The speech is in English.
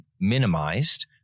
minimized